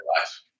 life